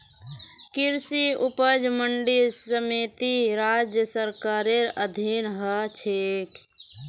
कृषि उपज मंडी समिति राज्य सरकारेर अधीन ह छेक